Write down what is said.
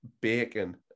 bacon